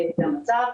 זה המצב.